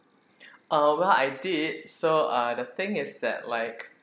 uh well I did so uh the thing is that like